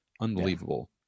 Unbelievable